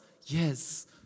Yes